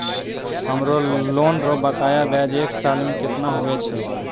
हमरो लोन रो बकाया ब्याज एक साल मे केतना हुवै छै?